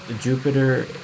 Jupiter